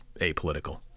apolitical